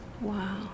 Wow